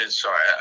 sorry